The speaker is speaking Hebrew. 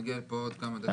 מגיע לפה עוד כמה דקות.